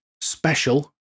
special